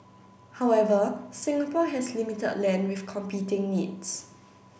however Singapore has limited land with competing needs